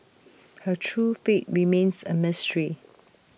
her true fate remains A mystery